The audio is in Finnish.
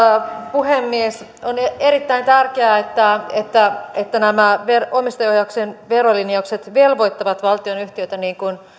puhemies on erittäin tärkeää että että nämä omistajaohjauksen verolinjaukset velvoittavat valtionyhtiöitä niin kuin